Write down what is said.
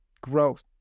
growth